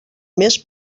més